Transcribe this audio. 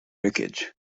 wreckage